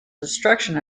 destruction